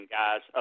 guys